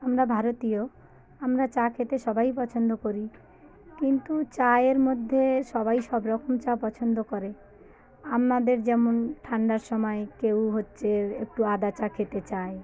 আমরা ভারতীয় আমরা চা খেতে সবাই পছন্দ করি কিন্তু চায়ের মধ্যে সবাই সব রকম চা পছন্দ করে আমাদের যেমন ঠান্ডার সময় কেউ হচ্চে একটু আদা চা খেতে চায়